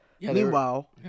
Meanwhile